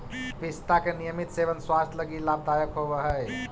पिस्ता के नियमित सेवन स्वास्थ्य लगी लाभदायक होवऽ हई